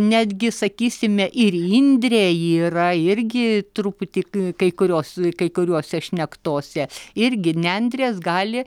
netgi sakysime ir indrė yra irgi truputį kai kurios kai kuriose šnektose irgi nendrės gali